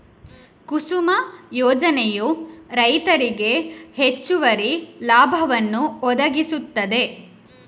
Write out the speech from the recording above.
ಕುಸುಮ ಯೋಜನೆಯು ರೈತರಿಗೆ ಹೆಚ್ಚುವರಿ ಲಾಭವನ್ನು ಒದಗಿಸುತ್ತದೆ